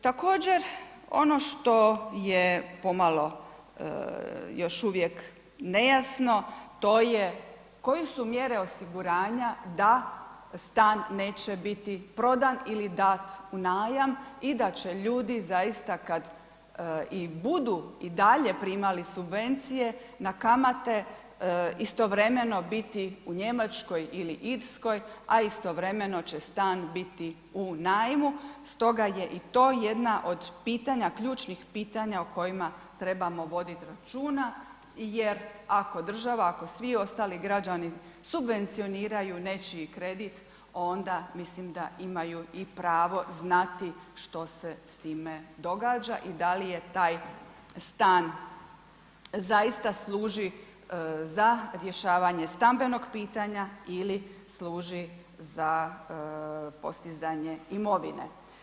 Također, ono što je pomalo još uvi jek nejasno, to je koje su mjere osiguranja da stan neće biti prodan ili dat u najam i da će ljudi zaista kad i budu i dalje primali subvencije, na kamate istovremeno biti u Njemačkoj ili Irskoj, a istovremeno će stan biti u najmu, stoga je i to jedno pitanja, ključnih pitanja o kojima trebamo voditi računa jer ako država, ako svi ostali građani subvencioniraju nečiji kredit, onda mislim da imaju i pravo znati što se s time događa i da li je taj stan zaista služi za rješavanje stambenog pitanja ili služi za postizanje imovine.